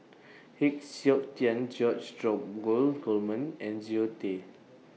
Heng Siok Tian George Dromgold Coleman and Zoe Tay